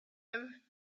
him